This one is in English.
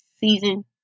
season